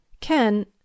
Ken